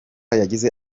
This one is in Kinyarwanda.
yagize